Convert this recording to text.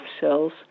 cells